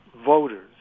voters